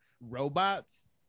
robots